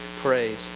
praise